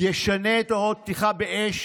ישנה את הוראות הפתיחה באש,